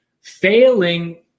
failing